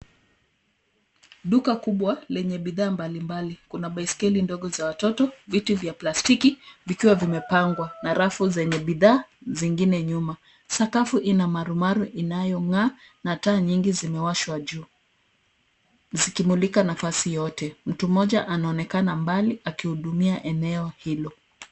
Duka kubwa lenye bidhaa mbalimbali. Kuna baiskeli ndogo za watoto, viti vya plastiki vikiwa vimepangwa na rafu zenye bidhaa zingine nyuma. Sakafu ina marumaru inayong'aa na taa nyingi zimewashwa juu zikimulika nafasi yote. Mtu mmoja anaonekana mbali akihudumia eneo hilo.